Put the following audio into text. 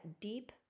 deep